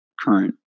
current